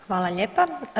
Hvala lijepa.